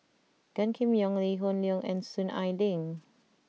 Gan Kim Yong Lee Hoon Leong and Soon Ai Ling